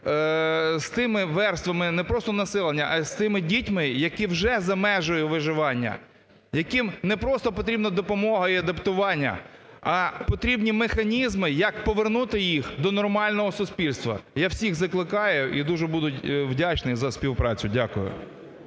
з тими верствами, не просто населення, а з тими дітьми, які вже за межею виживання, яким не просто потрібно допомога і адаптування, а потрібні механізми, як повернути їх до нормального суспільства. Я всіх закликаю і дуже буду вдячний за співпрацю. Дякую.